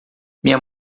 minha